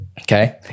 Okay